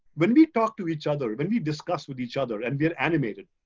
when we talk to each other, when we discuss with each other, and get animated.